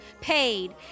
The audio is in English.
paid